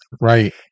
right